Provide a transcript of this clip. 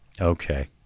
Okay